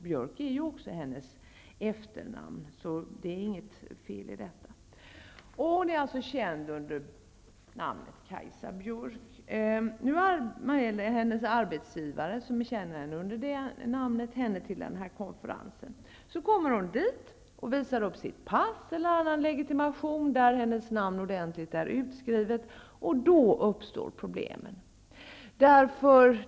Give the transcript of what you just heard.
Björk är ju också hennes efternamn, så det är inget fel i detta. Hon är alltså känd under namnet Kajsa Björk. Nu anmäls hon av sin arbetsgivare, som känner henne under det här namnet, till konferensen i Bryssel. Så kommer hon dit och visar upp sitt pass eller annan legitimation, där hennes namn ordentligt är utskrivet, och då uppstår problemen.